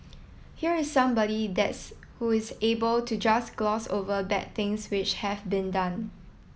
here is somebody that's who is able to just gloss over bad things which have been done